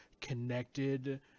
connected